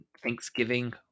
Thanksgiving